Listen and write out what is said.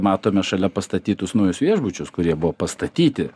matome šalia pastatytus naujus viešbučius kurie buvo pastatyti